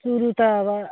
सुरु त अब